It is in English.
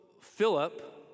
Philip